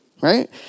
right